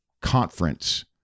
Conference